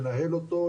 מנהל אותו.